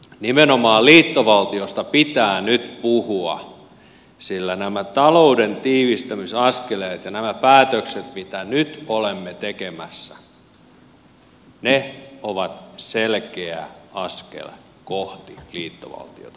nimenomaan liittovaltiosta pitää nyt puhua sillä nämä talouden tiivistämisaskeleet ja nämä päätökset mitä nyt olemme tekemässä ovat selkeä askel kohti liittovaltiota